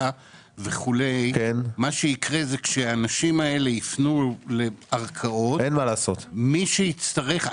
וכו' מה שיקרה זה כשאנשים האלה יפנו לערכאות מי שיצטרך,